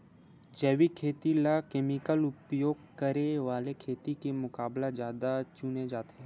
जैविक खेती ला केमिकल उपयोग करे वाले खेती के मुकाबला ज्यादा चुने जाते